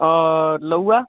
और लौका